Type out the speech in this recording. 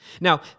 Now